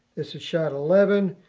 this is shot eleven.